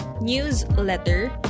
newsletter